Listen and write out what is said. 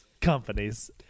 companies